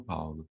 Paulo